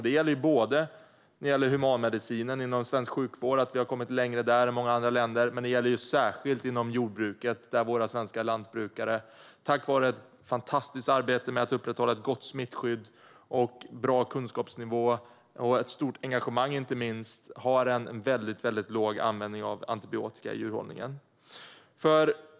Det gäller humanmedicinen, alltså svensk sjukvård, och att vi har kommit längre där än många andra länder, men det gäller särskilt jordbruket där våra svenska lantbrukare tack vare ett fantastiskt arbete med att upprätthålla ett gott smittskydd, en bra kunskapsnivå och inte minst ett stort engagemang har en väldigt låg användning av antibiotika i djurhållningen.